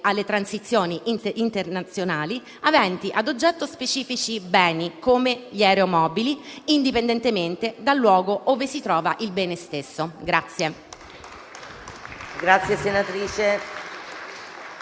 alle transizioni internazionali aventi ad oggetto specifici beni, come gli aeromobili, indipendentemente dal luogo in cui si trovano.